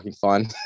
fun